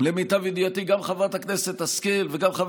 למיטב ידיעתי גם חברת הכנסת השכל וגם חבר